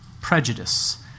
prejudice